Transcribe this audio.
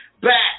back